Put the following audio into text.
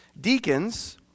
Deacons